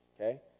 okay